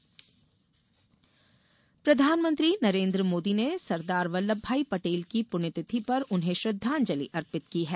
पटेल पुण्यतिथि प्रधानमंत्री नरेन्द्र मोदी ने सरदार वल्लभ भाई पटेल की पुण्यतिथि पर उन्हें श्रद्वांजलि अर्पित की है